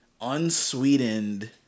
unsweetened